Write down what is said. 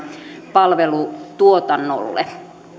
palvelutuotannolle